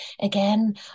again